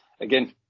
again